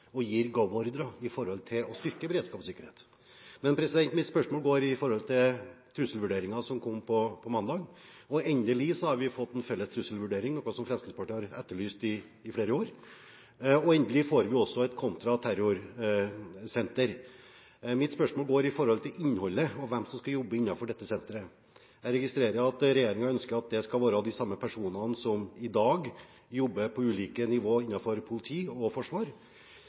og gir «go»-ordrer med hensyn til det å styrke beredskap og sikkerhet. Mitt spørsmål går på trusselvurderingen som kom på mandag. Endelig har vi fått en felles trusselvurdering, noe Fremskrittspartiet har etterlyst i flere år. Og endelig får vi også et kontraterrorsenter. Mitt spørsmål gjelder innholdet og hvem som skal jobbe i dette senteret. Jeg registrerer at regjeringen ønsker at det skal være de samme personene som i dag jobber på ulike nivå innen politi og forsvar.